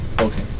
Okay